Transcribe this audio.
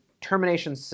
termination